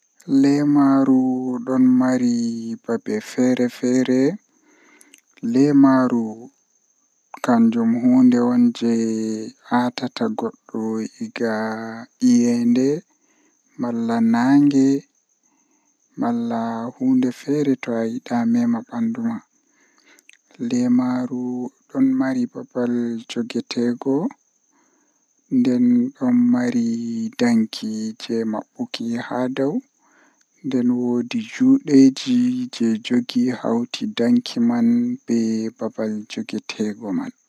Nyamdu kala didi jei mi suptata mi tokka nyamugo kanjum woni haako ledde kala ledde irin bana lemo ayaba aran kenan didi bo mi nyaman kusel to mi nyama frutji be kusel kanjum do don woitina bandu masin mi wawan mi nyama haa